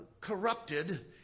corrupted